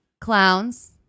Clowns